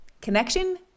connection